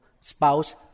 spouse